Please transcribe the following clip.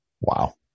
Wow